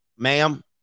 Ma'am